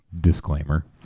Disclaimer